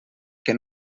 que